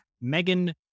megan